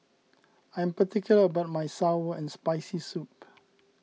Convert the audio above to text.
I am particular about my Sour and Spicy Soup